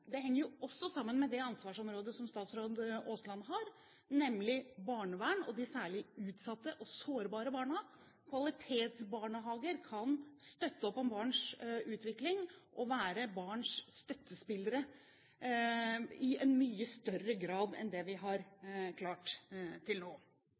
Det henger jo også sammen med det ansvarsområdet som statsråd Aasland har, nemlig barnevern og de særlig utsatte og sårbare barna. Kvalitetsbarnehager kan støtte opp om barns utvikling og være barns støttespillere i en mye større grad enn det vi har